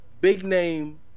big-name